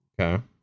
Okay